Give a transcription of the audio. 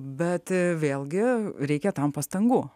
bet vėlgi reikia tam pastangų